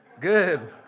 Good